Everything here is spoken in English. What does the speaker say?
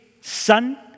son